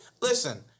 listen